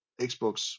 xbox